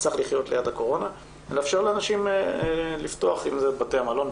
צריך לחיות ליד הקורונה ולאפשר לאנשים לפתוח עם זה את בתי המלון,